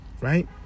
right